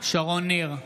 שרון ניר,